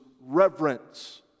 reverence